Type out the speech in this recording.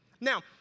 Now